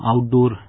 outdoor